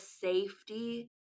safety